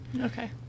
Okay